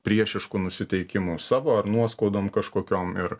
priešišku nusiteikimu savo ar nuoskaudom kažkokiom ir